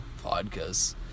Vodkas